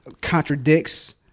contradicts